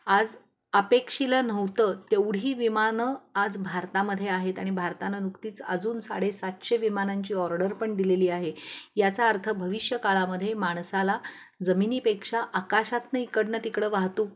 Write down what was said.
आज अपेक्षीलं नव्हतं तेवढी विमानं आज भारतामध्ये आहेत आणि भारताना नुकतीच अजून साडे सातशे विमानांची ऑर्डर पण दिलेली आहे याचा अर्थ भविष्य काळामध्ये माणसाला जमिनीपेक्षा आकाशातनं इकडनं तिकडं वाहतूक